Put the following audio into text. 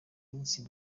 minsi